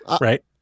right